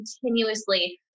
continuously